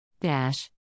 Dash